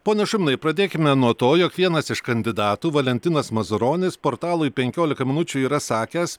pone šuminai pradėkime nuo to jog vienas iš kandidatų valentinas mazuronis portalui penkiolika minučių yra sakęs